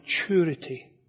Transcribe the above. maturity